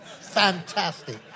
Fantastic